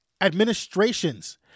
administrations